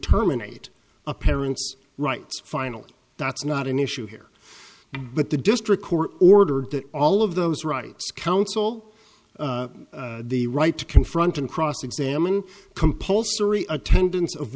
terminate a parent's rights final that's not an issue here but the district court ordered that all of those rights council the right to confront and cross examine compulsory attendance of